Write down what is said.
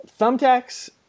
thumbtacks